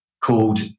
called